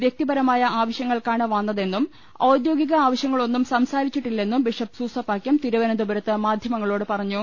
വൃക്തിപരമായ ആവശ്യങ്ങൾക്കാണ് വന്നതെന്നും ഔദ്യോഗിക് ആവശൃങ്ങളൊന്നും സംസാരിച്ചിട്ടില്ലെന്നും ബിഷപ്പ് സൂസപാകൃം തിരുവനന്തപുരത്ത് മാധ്യമങ്ങളോട് പറഞ്ഞു